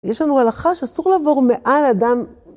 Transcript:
יש לנו הלכה שאסור לעבור מעל אדם.